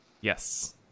Yes